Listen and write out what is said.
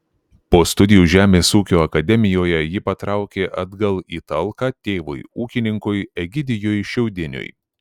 po studijų žemės ūkio akademijoje ji patraukė atgal į talką tėvui ūkininkui egidijui šiaudiniui